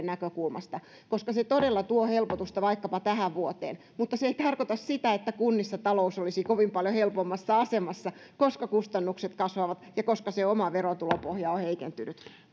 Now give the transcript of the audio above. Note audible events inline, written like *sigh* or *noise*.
*unintelligible* näkökulmasta koska se todella tuo helpotusta vaikkapa tähän vuoteen mutta se ei tarkoita sitä että kunnissa talous olisi kovin paljon helpommassa asemassa koska kustannukset kasvavat ja koska se oma verotulopohja on heikentynyt